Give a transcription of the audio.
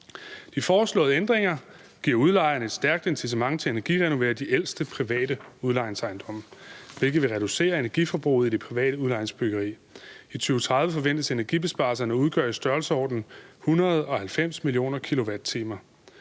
De foreslåede ændringer giver udlejeren et stærkt incitament til at energirenovere de ældste private udlejningsejendomme, hvilket vil reducere energiforbruget i det private udlejningsbyggeri. I 2030 forventes energibesparelserne at udgøre i størrelsesordenen 190 mio. kWh.